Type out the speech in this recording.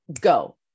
go